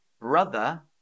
brother